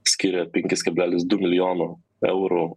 skiria penkis kablelis du milijono eurų